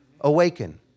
awaken